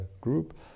group